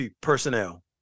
personnel